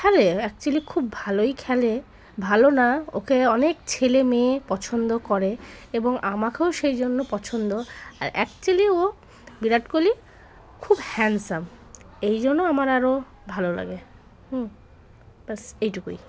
খেলে অ্যাকচুয়ালি খুব ভালোই খেলে ভালো না ওকে অনেক ছেলে মেয়ে পছন্দ করে এবং আমাকেও সেই জন্য পছন্দ আর অ্যাকচুয়ালি ও বিরাট কোহলি খুব হ্যান্ডসাম এই জন্য আমার আরও ভালো লাগে হুম বাস এইটুকুই